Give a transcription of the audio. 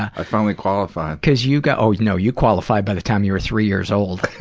i finally qualify. cause you got oh no, you qualified by the time you were three years old.